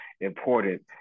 important